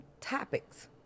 topics